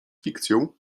fikcją